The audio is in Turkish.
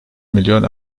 milyon